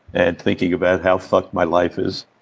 and thinking about how fucked my life is,